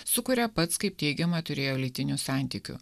su kuria pats kaip teigiama turėjo lytinių santykių